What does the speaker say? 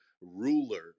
ruler